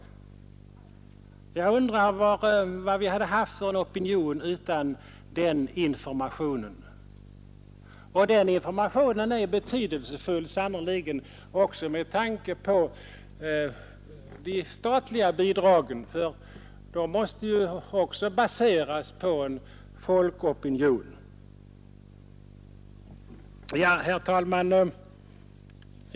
Jag undrar vad vi hade haft för opinion utan denna information. De enskilda organisationernas information är sannerligen betydelsefull också med tanke på det statliga u-landsbiståndet, ty det måste ju baseras på en bred folkopinion. Herr talman!